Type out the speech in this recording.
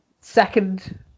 Second